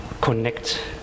connect